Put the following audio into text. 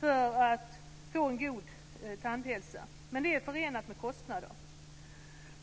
för att man ska få en god tandhälsa, men det är förenat med kostnader.